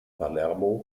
palermo